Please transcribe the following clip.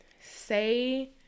say